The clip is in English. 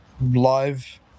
live